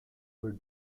were